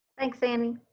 thanks, annie.